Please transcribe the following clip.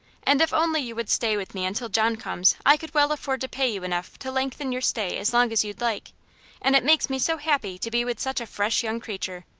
and if only you would stay with me until john comes i could well afford to pay you enough to lengthen your stay as long as you'd like and it makes me so happy to be with such a fresh young creature.